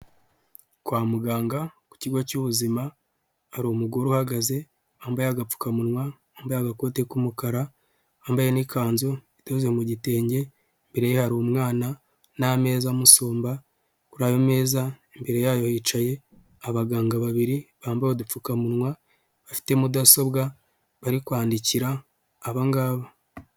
Kwa muganga ku kigo cy'ubuzima hari umugore uhagaze wambaye agapfukamunwa, wambaye agakote k'umukara wambaye n'ikanzu idoze mu gitenge mbere hari umwana n'ameza musumba. Kuri ayo meza imbere yayo hicaye abaganga babiri bambaye udupfukamunwa bafite mudasobwa bari kwandikira abangabo.